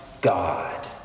God